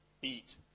beat